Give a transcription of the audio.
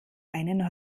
einen